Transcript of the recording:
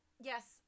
Yes